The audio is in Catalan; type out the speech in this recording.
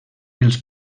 els